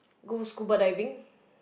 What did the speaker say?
go scuba diving